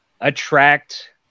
attract